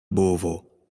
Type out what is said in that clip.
bovo